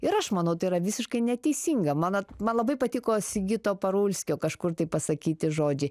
ir aš manau tai yra visiškai neteisinga mano man labai patiko sigito parulskio kažkur tai pasakyti žodžiai